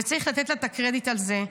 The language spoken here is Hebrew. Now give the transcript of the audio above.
וצריך לתת לה את הקרדיט על זה.